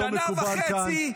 לא מקובל כאן.